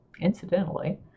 Incidentally